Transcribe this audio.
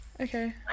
Okay